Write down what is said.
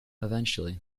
eventually